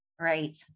Right